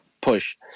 push